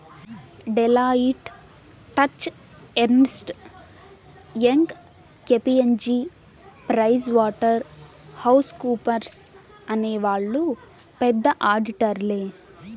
Deloitte, Touche Ernst, Young KPMG Price Waterhouse కూపర్స్అనే వాళ్ళు పెద్ద ఆడిటర్లే